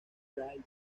bray